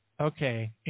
okay